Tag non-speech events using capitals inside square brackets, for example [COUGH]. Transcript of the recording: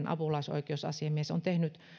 [UNINTELLIGIBLE] apulaisoikeusasiamies tehnyt